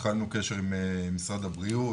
התחלנו קשר עם משרד הבריאות,